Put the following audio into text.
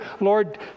Lord